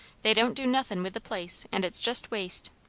they don't do nothin' with the place, and it's just waste.